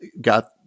got